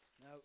Now